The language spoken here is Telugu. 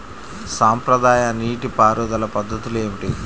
సాంప్రదాయ నీటి పారుదల పద్ధతులు ఏమిటి?